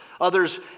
Others